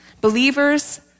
Believers